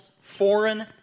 foreign